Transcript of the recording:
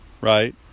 right